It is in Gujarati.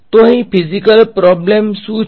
તો અહીં ફીજીકલ પ્રોબ્લેમ શું છે